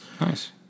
Nice